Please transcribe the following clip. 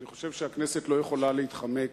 אני חושב שהכנסת לא יכולה להתחמק